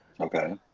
Okay